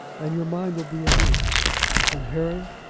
and your mind will be at ease and, harry,